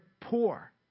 poor